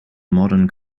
modern